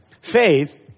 Faith